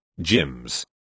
Gyms